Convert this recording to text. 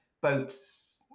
boats